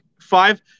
five